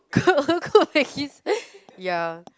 cook cook cookies ya